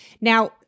Now